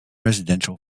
residential